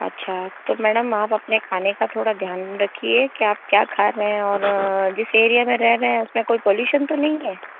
अच्छा तो मैडम आप अपने खाने का थोड़ा ध्यान रखिए कि आप क्या खा रहे हैं और जिस एरिया में रह रहे हैं तो उसमें कोई पॉल्यूशन तो नहीं है